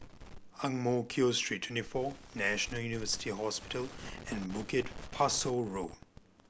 Ang Mo Kio Street Twenty four National University Hospital and Bukit Pasoh Road